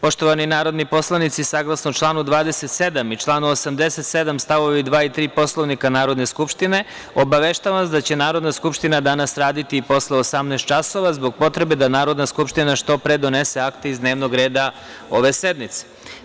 Poštovani narodni poslanici, saglasno članu 27. i članu 87. st. 2. i 3. Poslovnika Narodne skupštine, obaveštavam vas da će Narodna skupština danas raditi i posle 18.00 časova zbog potrebe da Narodna skupština što pre donese akte iz dnevnog reda ove sednice.